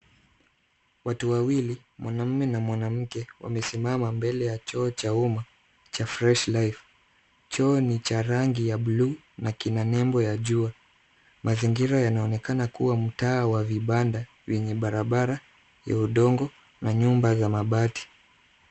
Watu wawili, mwanamume na mwanamke wamesimama mbele ya choo cha umma cha fresh life . Choo ni cha rangi ya blue na kina nembo ya jua. Mazingira yanaoekana kuwa mtaa wa vibanda vyenye barabara ya udongo na nyumba za mabati.